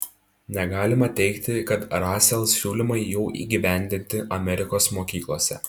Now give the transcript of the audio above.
negalima teigti kad rasel siūlymai jau įgyvendinti amerikos mokyklose